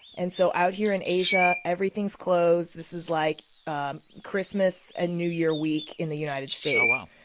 and so out here in asia, everything's closed. this is like ah christmas and new year week in the united states. oh, wow.